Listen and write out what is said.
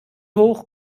hoch